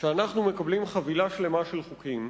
שאנחנו מקבלים חבילה שלמה של חוקים,